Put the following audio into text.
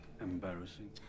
embarrassing